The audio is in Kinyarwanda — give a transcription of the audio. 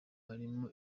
harimo